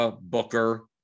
Booker